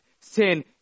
sin